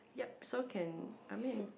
yup so can I mean